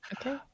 Okay